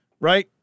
right